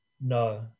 No